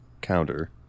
Counter